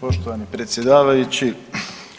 Poštovani predsjedavajući,